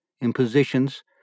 impositions